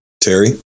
Terry